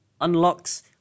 unlocks